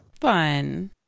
fun